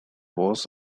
voz